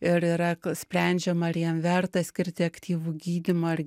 ir yra sprendžiama ar jam verta skirti aktyvų gydymą ar